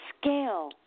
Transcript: scale